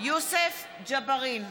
יוסף ג'בארין,